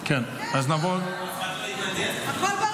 אף אחד לא התנגד --- הכול ברור.